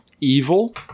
evil